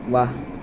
ৱাহ